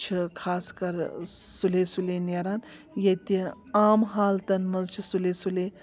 چھِ خاص کَر سُلے سُلے نیران ییٚتہِ عام حالاتَن منٛز چھِ سُلے سُلے